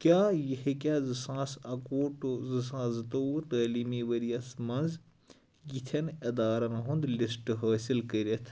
کیاہ یہِ ہیٚکیا زٕ ساس اَکوُہ ٹو زٕ ساس زٕتووُہ تعلیٖمی ؤرۍ یَس منٛز یِتھؠن ادارَن ہُنٛد لِسٹ حٲصِل کٔرِتھ